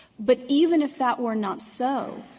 but even if that were not so,